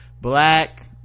black